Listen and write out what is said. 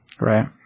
Right